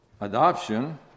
adoption